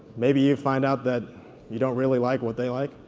maybe you find out that you don't really like what they like.